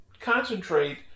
concentrate